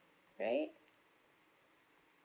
right